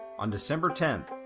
on december tenth,